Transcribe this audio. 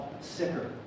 sicker